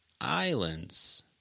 Islands